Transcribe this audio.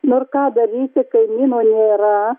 nu ir ką daryti kaimyno nėra